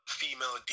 female